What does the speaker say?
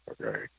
okay